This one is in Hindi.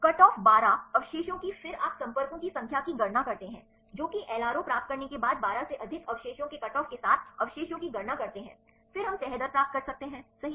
कटऑफ बारह अवशेषों की फिर आप संपर्कों की संख्या की गणना करते हैं जो कि एलआरओ प्राप्त करने के बाद बारह से अधिक अवशेषों के कटऑफ के साथ अवशेषों की गणना करते हैं फिर हम तह दर प्राप्त कर सकते हैं सही